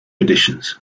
editions